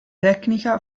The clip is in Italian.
tecnica